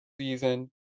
season